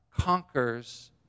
conquers